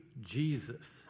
Jesus